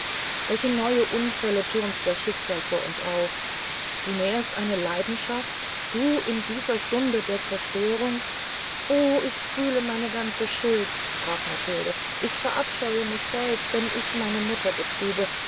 welche neuen unfälle thürmt das schicksal über uns auf du nährst eine leidenschaft du in dieser stunde der zerstörung o ich fühle meine ganze schuld sprach matilde ich verabscheue mich selbst wenn ich meine mutter betrübe